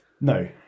no